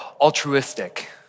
altruistic